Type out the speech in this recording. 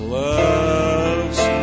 loves